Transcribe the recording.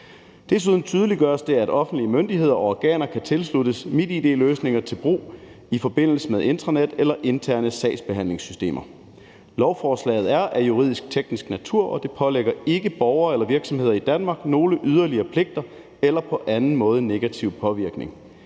Desuden tydeliggøres det, at offentlige myndigheder og organer kan tilsluttes MitID-løsninger til brug i forbindelse med intranet eller interne sagsbehandlingssystemer. Lovforslaget er af juridisk-teknisk natur, og det pålægger ikke borgere eller virksomheder i Danmark nogen yderligere pligter eller på anden måde nogen negativ påvirkning.